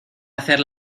hacer